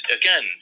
again